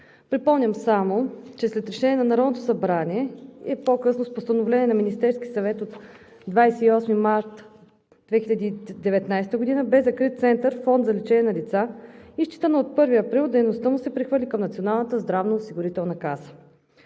Припомням само, че след решение на Народното събрание и по-късно с Постановление на Министерския съвет от 28 март 2019 г. бе закрит Център „Фонд за лечение на деца“ и считано от 1 април дейността му се прехвърли към Националната здравноосигурителна каса.